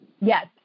Yes